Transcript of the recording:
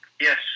Yes